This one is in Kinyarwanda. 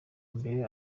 mbere